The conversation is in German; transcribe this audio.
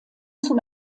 zum